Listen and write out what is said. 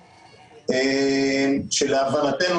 כשלהבנתנו,